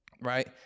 right